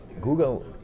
Google